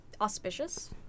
auspicious